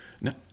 No